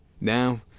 Now